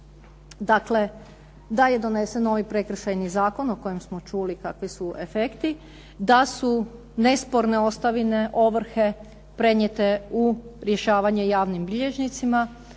Dakle, da je donesen novi Prekršajni zakon o kojem smo čuli kakvi su efekti, da su nesporne ostavine, ovrhe prenijete u rješavanje javnim bilježnicima,